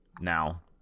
now